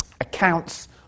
accounts